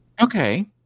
Okay